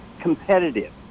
competitive